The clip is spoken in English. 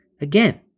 Again